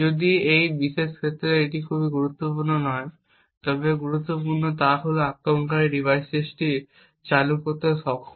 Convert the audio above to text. যদিও এই বিশেষ ক্ষেত্রে এটি খুব গুরুত্বপূর্ণ নয় তবে যা গুরুত্বপূর্ণ তা হল আক্রমণকারী ডিভাইসটি চালু করতে সক্ষম